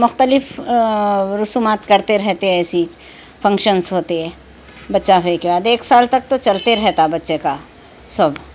مختلف رسومات کرتے رہتے ایسی ہی فنکشنس ہوتے بچّہ ہونے کے بعد ایک سال تک تو چلتے رہتا بچّے کا سب